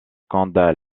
condat